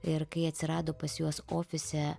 ir kai atsirado pas juos ofise